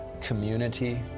community